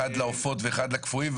אחת לעופות ואחד לקפואים.